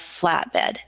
flatbed